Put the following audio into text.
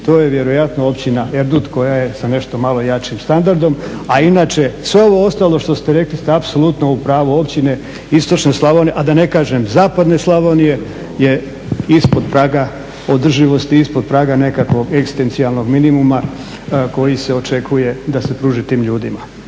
to je vjerojatno Općina Erdut koja je sa nešto malo jačim standardom, a inače sve ovo ostalo što ste rekli ste apsolutno u pravu. Općine istočne Slavonije, a da ne kažem zapadne Slavonije su ispod praga održivosti, ispod praga nekakvog ekstencijalnog minimuma koji se očekuje da se pruži tim ljudima.